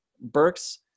Burks